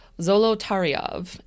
Zolotaryov